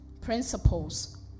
principles